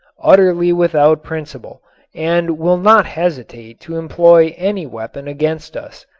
utterly without principle and will not hesitate to employ any weapon against us.